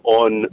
on